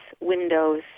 windows